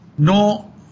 No